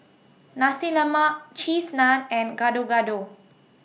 Nasi Lemak Cheese Naan and Gado Gado